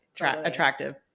Attractive